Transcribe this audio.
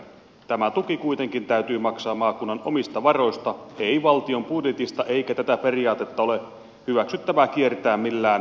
tämä tuki kuitenkin täytyy maksaa maakunnan omista varoista ei valtion budjetista eikä tätä periaatetta ole hyväksyttävää kiertää millään erityisjärjestelyillä